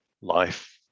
life